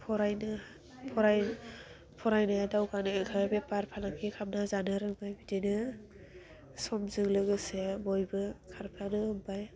फरायनो फाराय फरायनाया दावगानो ओंखाय बेफार फालांगि खामनो जानो रोंबाय बिदिनो समजों लोगोसे बयबो खारफानो हमबाय